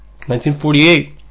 1948